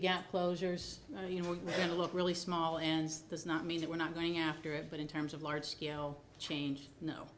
gap closures you know we're going to look really small and does not mean that we're not going after it but in terms of large scale change no